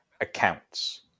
accounts